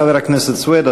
חבר הכנסת סוייד,